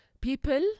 people